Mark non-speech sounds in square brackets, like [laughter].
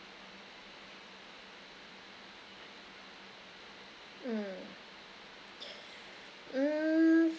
mm [breath] mm